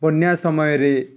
ବନ୍ୟା ସମୟରେ